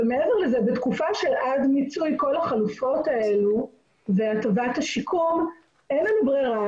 אבל מעבר לזה בתקופה שעד מיצוי כל החלופות האלה וטובת השיקום אין ברירה